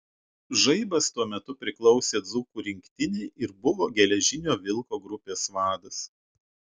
žaibas tuo metu priklausė dzūkų rinktinei ir buvo geležinio vilko grupės vadas